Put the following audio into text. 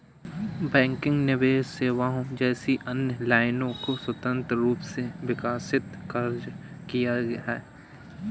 banking निवेश सेवाओं जैसी अन्य लाइनों को स्वतंत्र रूप से विकसित खर्च किया है